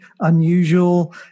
unusual